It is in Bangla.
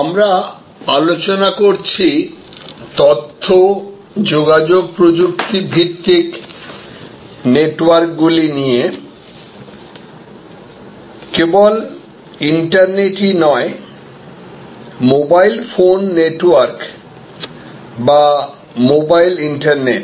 আমরা আলোচনা করছি তথ্য যোগাযোগ প্রযুক্তি ভিত্তিক নেটওয়ার্কগুলি নিয়ে কেবল ইন্টারনেটই নয় মোবাইল ফোন নেটওয়ার্ক বা মোবাইল ইন্টারনেট